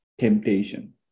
temptation